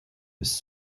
his